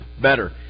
Better